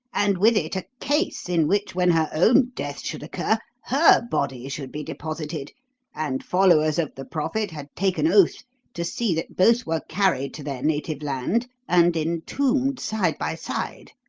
and with it a case in which, when her own death should occur, her body should be deposited and followers of the prophet had taken oath to see that both were carried to their native land and entombed side by side.